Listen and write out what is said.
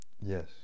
Yes